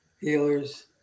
healers